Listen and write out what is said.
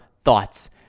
thoughts